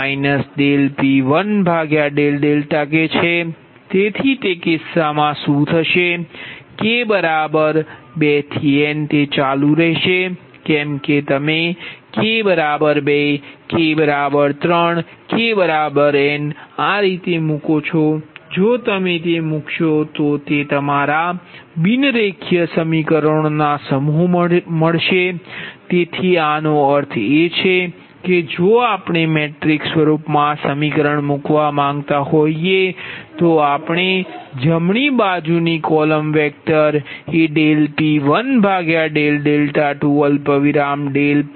તેથી તે કિસ્સામાં શું થશે k 23 n તે ચાલુ રહેશે કેમ કે તમે k 2 k 3 k n આ રીતે મૂકશો જો તમે મૂકશો તો તે તમારા બિન રેખીય સમીકરણોના સેટ્સ મેળવશે તેથી આનો અર્થ એ છે કે જો આપણે મેટ્રિક્સ સ્વરૂપમાં આ સમીકરણ મૂકવા માંગતા હોય તો આપણે જમણી બાજુની કોલમ વેક્ટર એ P12 P13